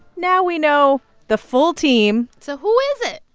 now we know the full team so who is it?